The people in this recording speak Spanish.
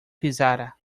pizarra